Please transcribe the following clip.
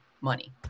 money